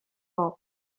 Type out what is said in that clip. pope